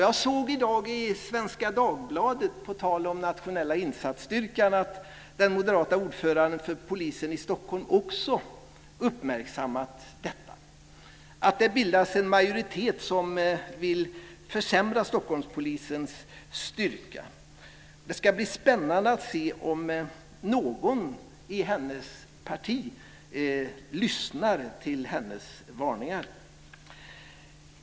Jag såg i dag i Svenska Dagbladet, på tal om nationell insatsstyrka, att den moderata ordföranden för polisen i Stockholm också har uppmärksammat att det bildats en majoritet som vill försämra Stockholmspolisens styrka. Det ska bli spännande att se om någon i hennes parti lyssnar till hennes varningar.